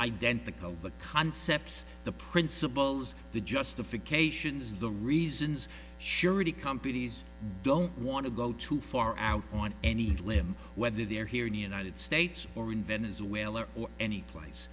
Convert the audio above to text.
identical but concepts the principles the justifications the reasons surety companies don't want to go too far out on any whim whether they're here in the united states or in venezuela or anyplace